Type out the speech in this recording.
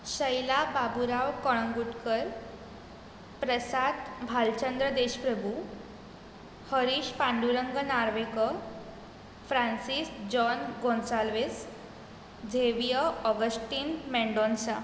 Shaila Baburao Kalangutkar Prasad Bhalchandra Deshprabhu Harish Pandurang Narvekar Francis Joan Gonsalves Xavier Augustine Mendonsa